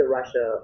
Russia